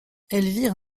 elvire